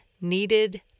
needed